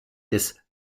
des